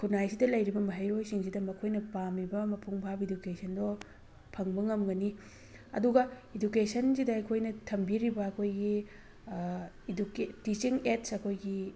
ꯈꯨꯟꯅꯥꯏꯁꯤꯗ ꯂꯩꯔꯤꯕ ꯃꯍꯩꯔꯣꯏ ꯁꯤꯡꯁꯤꯗ ꯃꯈꯣꯏꯅ ꯄꯥꯝꯃꯤꯕ ꯃꯄꯨꯡ ꯐꯥꯕ ꯏꯗꯨꯀꯦꯁꯟꯗꯣ ꯐꯪꯕ ꯉꯝꯒꯅꯤ ꯑꯗꯨꯒ ꯏꯗꯨꯀꯦꯁꯟꯁꯤꯗ ꯑꯩꯈꯣꯏꯅ ꯊꯝꯕꯤꯔꯤꯕ ꯑꯩꯈꯣꯏꯒꯤ ꯇꯤꯆꯤꯡ ꯑꯦꯗꯁ ꯑꯩꯈꯣꯏꯒꯤ